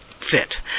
fit